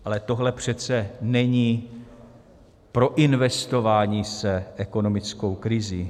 Ale tohle přece není proinvestování se ekonomickou krizí.